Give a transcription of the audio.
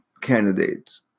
candidates